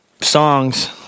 songs